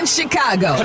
Chicago